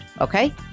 Okay